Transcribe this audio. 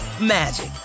magic